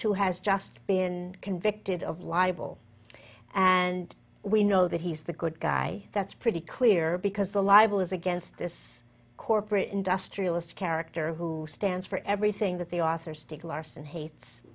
who has just been convicted of libel and we know that he's the good guy that's pretty clear because the libel is against this corporate industrialist character who stands for everything that the author stick larson hates